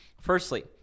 Firstly